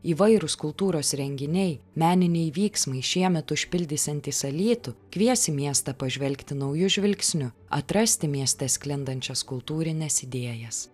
įvairūs kultūros renginiai meniniai vyksmai šiemet užpildysiantys alytų kvies į miestą pažvelgti nauju žvilgsniu atrasti mieste sklindančias kultūrines idėjas